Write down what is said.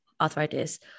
arthritis